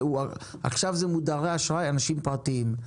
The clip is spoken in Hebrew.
עכשיו זה מודרי אשראי שהם אנשים פרטיים.